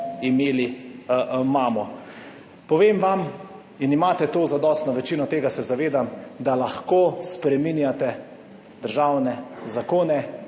imeli mamo. Povem vam in imate to zadostno večino, tega se zavedam, da lahko spreminjate državne zakone,